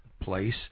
place